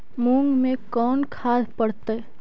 मुंग मे कोन खाद पड़तै है?